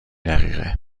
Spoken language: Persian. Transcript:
دقیقه